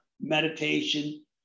meditation